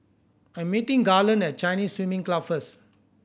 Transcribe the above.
I'm meeting Garland at Chinese Swimming Club first